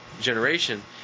generation